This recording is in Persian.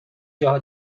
جاها